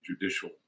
judicial